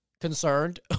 concerned